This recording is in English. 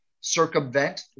circumvent